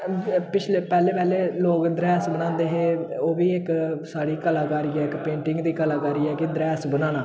पिछले पैह्ले पैह्ले लोक द्रैंस बनांदे हे ओह् बी इक साढ़ी कलाकारी ऐ इक पेंटिंग दी कलाकारी ऐ कि द्रैंस बनाना